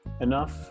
enough